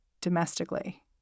domestically